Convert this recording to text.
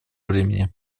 времени